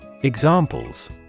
Examples